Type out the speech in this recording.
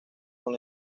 con